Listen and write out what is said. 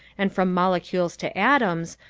and from molecules to atoms,